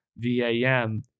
VAM